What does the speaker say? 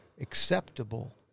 acceptable